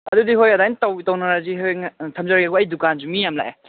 ꯑꯗꯨꯗꯤ ꯍꯣꯏ ꯑꯗꯨꯃꯥꯏꯅ ꯇꯧꯅꯔꯁꯤ ꯊꯝꯖꯔꯒꯦꯀꯣ ꯑꯩ ꯗꯨꯀꯥꯟꯁꯨ ꯃꯤ ꯌꯥꯝ ꯂꯥꯛꯑꯦ